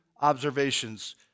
observations